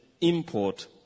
import